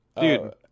dude